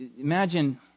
Imagine